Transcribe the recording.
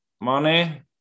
money